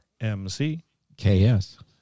MCKS